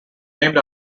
named